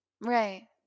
Right